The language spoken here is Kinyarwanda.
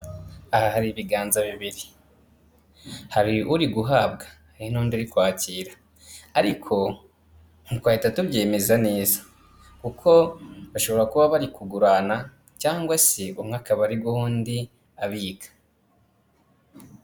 Aha hari ibiganza bibiri, hari uri guhabwa hari n'undi uri kwakira, ariko nti twahita tubyemeza neza kuko bashobora kuba bari kugurana cyangwa se umwe akaba ari guha undi abika.